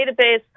database